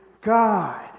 God